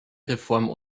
reform